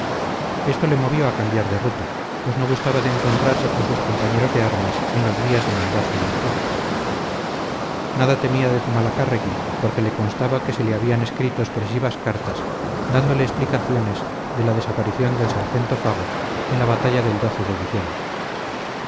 esto le movió a cambiar de ruta pues no gustaba de encontrarse con sus compañeros de armas en los días de mendaza y arquijas nada temía de zumalacárregui porque le constaba que se le habían escrito expresivas cartas dándole explicaciones de la desaparición del sargento fago en la batalla del de diciembre